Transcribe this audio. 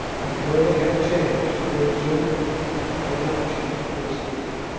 and though they had changed their general they had not changed their spirit.